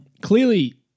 clearly